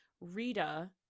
Rita